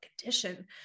condition